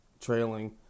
trailing